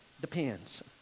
depends